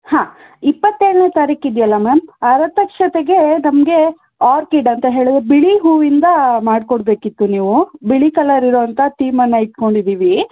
ಹಾಂ ಇಪ್ಪತ್ತೇಳನೇ ತಾರೀಖಿದೆಯಲ್ಲ ಮ್ಯಾಮ್ ಆರತಕ್ಷತೆಗೆ ನಮಗೆ ಆರ್ಕಿಡ್ ಅಂತ ಹೇಳಿದರೆ ಬಿಳಿ ಹೂವಿನಿಂದ ಮಾಡಿಕೊಡ್ಬೇಕಿತ್ತು ನೀವು ಬಿಳಿ ಕಲರ್ ಇರೋವಂಥ ಥೀಮನ್ನು ಇಟ್ಕೊಂಡಿದ್ದೀವಿ